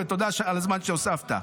ותודה על הזמן שהוספת.